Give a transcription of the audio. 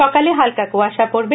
সকালে হালকা কুয়াশা পড়বে